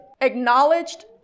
acknowledged